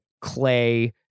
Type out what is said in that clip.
Clay